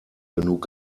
genug